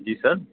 جی سر